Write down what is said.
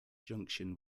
junction